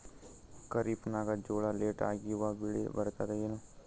ಖರೀಫ್ ನಾಗ ಜೋಳ ಲೇಟ್ ಹಾಕಿವ ಬೆಳೆ ಬರತದ ಏನು?